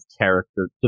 character